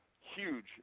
huge